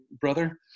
brother